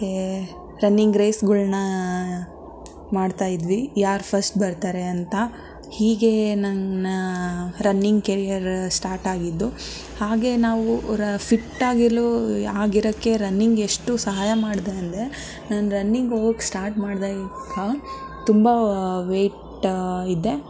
running ರೇಸ್ಗಳ್ನ ಮಾಡ್ತಾಯಿದ್ವಿ ಯಾರು ಫರ್ಸ್ಟ್ ಬರ್ತಾರೆ ಅಂತ ಹೀಗೇ ನನ್ನ ರನ್ನಿಂಗ್ ಕೆರಿಯರ್ ಸ್ಟಾರ್ಟಾಗಿದ್ದು ಹಾಗೇ ನಾವು ರ ಫಿಟ್ಟಾಗಿರಲು ಆಗಿರಕ್ಕೆ ರನ್ನಿಂಗ್ ಎಷ್ಟು ಸಹಾಯ ಮಾಡಿದೆ ಅಂದರೆ ನಾನು ರನ್ನಿಂಗ್ ಹೋಗಕ್ಕೆ ಸ್ಟಾರ್ಟ್ ಮಾಡಿದಾಗಿಂದ ತುಂಬ ವೇಯ್ಟ್ ಇದ್ದೆ